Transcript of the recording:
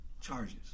charges